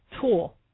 tool